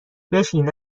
بشین